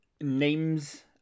names